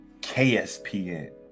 KSPN